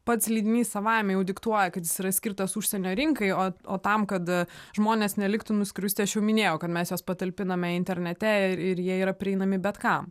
pats leidinys savaime diktuoja kad jis yra skirtas užsienio rinkai o tam kad žmonės neliktų nuskriausti aš jau minėjau kad mes juos patalpiname internete ir jie yra prieinami bet kam